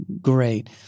great